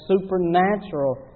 supernatural